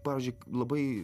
pavyzdžiui labai